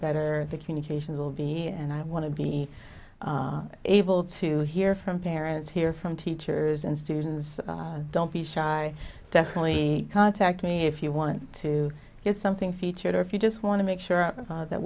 better the communications will be and i want to be able to hear from parents hear from teachers and students don't be shy definitely contact me if you want to get something featured or if you just want to make sure that